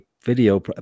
video